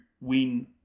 win